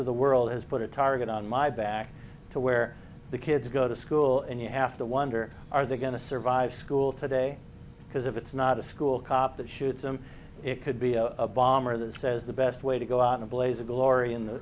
of the world has put a target on my back to where the kids go to school and you have to wonder are they going to survive school today because if it's not a school cop that shoots them it could be a bomber that says the best way to go out in a blaze of glory in the